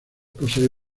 posee